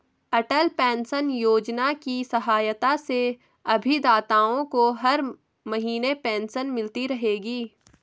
अटल pension Yojana की सहायता से अभिदाताओं को हर महीने पेंशन मिलती रहेगी